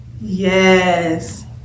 Yes